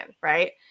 Right